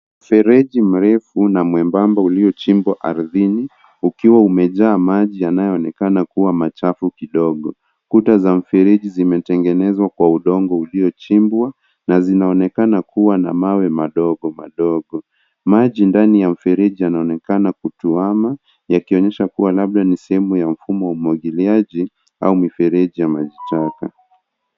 Mfereji mrefu na mwembamba uliochimbwa ardhini ukiwa umejaa maji yanayoonekana kuwa machafu kidogo. Kuta za mfereji zimetengenezwa kwa udongo uliochimbwa na zinaonekana kuwa na mawe madogo madogo. Maji ndani ya mfereji yanaonekana kutuama yakionyesha kuwa labda ni sehemu ya mfumo wa umwagiliaji au mifereji ya maji taka.